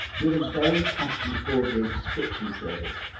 with a very patchy audio description service.